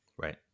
Right